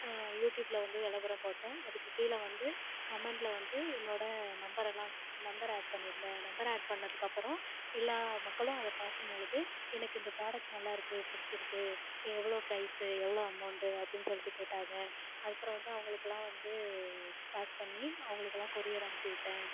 யூடியூப்பில் வந்து விளம்பரம் போட்டேன் அதுக்கு கீழே வந்து கமெண்ட்டில் வந்து என்னோடய நம்மரெல்லாம் கு நம்பரை ஆட் பண்ணியிருந்தேன் நம்பரை ஆட் பண்ணதுக்கப்புறோம் எல்லா மக்களும் அதை பார்க்கும் பொழுது எனக்கு இந்த ப்ராடெக்ட் நல்லாயிருக்கு பிடிச்சிருக்கு எவ்வளோ ப்ரைஸ்ஸு எவ்வளோ அமௌண்டு அப்படின்னு சொல்லிட்டு கேட்டாங்கள் அதுக்கப்புறோம் வந்து அவங்களுக்குலாம் வந்து பேக் பண்ணி அவங்களுக்குலாம் கொரியர் அனுப்பிவிட்டேன்